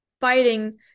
fighting